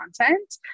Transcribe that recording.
content